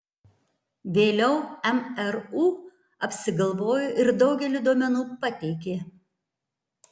vėliau mru apsigalvojo ir daugelį duomenų pateikė